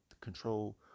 control